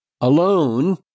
alone